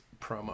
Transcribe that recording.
promo